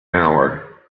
hour